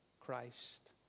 Christ